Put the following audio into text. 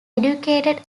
educated